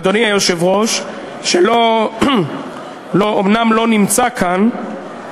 אדוני היושב-ראש, אומנם לא נמצא כאן,